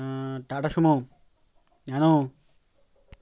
tata Sumo